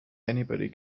anybody